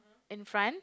in front